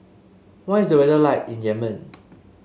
what is the weather like in Yemen